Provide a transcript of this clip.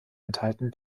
enthalten